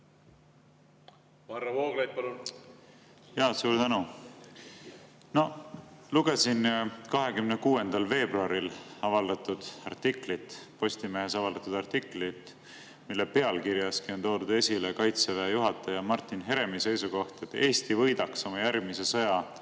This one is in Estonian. Varro Vooglaid, palun! Suur tänu! Lugesin 26. veebruaril Postimehes avaldatud artiklit, mille pealkirjaski oli toodud esile Kaitseväe juhataja Martin Heremi seisukoht, et Eesti võidaks oma järgmise sõja